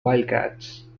wildcats